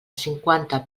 cinquanta